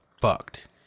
Fucked